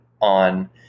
on